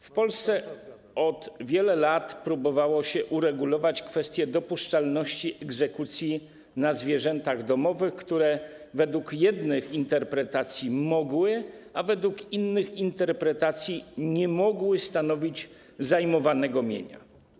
W Polsce od wielu lat próbowało się uregulować kwestie dopuszczalności egzekucji na zwierzętach domowych, które według jednych interpretacji mogły, a według innych interpretacji nie mogły stanowić zajmowanego mienia.